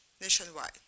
nationwide